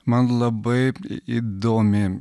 man labai įdomi